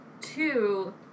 two